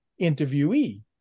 interviewee